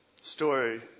Story